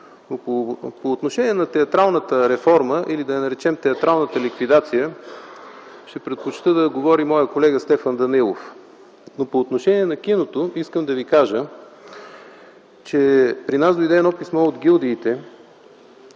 По отношение на театралната реформа, или да я наречем театралната ликвидация, ще предпочета да говори моят колега Стефан Данаилов. Но по отношение на киното искам да ви кажа, че при нас дойде едно писмо от гилдиите,